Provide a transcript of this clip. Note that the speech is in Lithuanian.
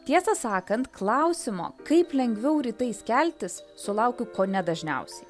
tiesą sakant klausimo kaip lengviau rytais keltis sulaukiu kone dažniausiai